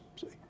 See